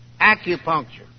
acupuncture